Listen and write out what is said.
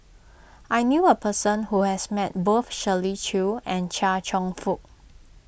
I knew a person who has met both Shirley Chew and Chia Cheong Fook